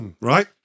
right